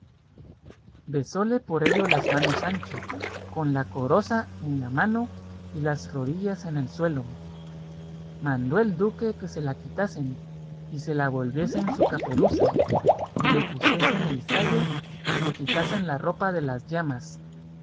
besóle por ello las manos sancho con la coroza en la mano y las rodillas en el suelo mandó el duque que se la quitasen y le volviesen su caperuza y le pusiesen el sayo y le quitasen la ropa de las llamas